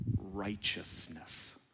righteousness